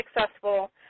successful